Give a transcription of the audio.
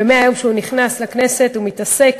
ומהיום שהוא נכנס לכנסת הוא מתעסק